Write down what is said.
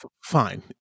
Fine